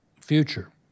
future